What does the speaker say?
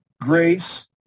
grace